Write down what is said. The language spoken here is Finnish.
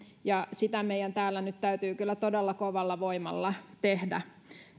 ja sitä meidän täällä nyt täytyy kyllä todella kovalla voimalla tehdä